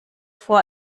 vor